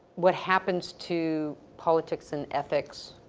what happens to politics and ethics.